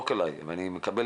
אני איתכם.